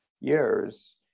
years